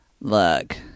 Look